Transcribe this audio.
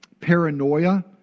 paranoia